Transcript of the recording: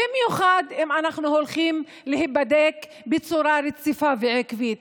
במיוחד אם אנחנו הולכים להיבדק בצורה רציפה ועקבית.